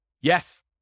Yes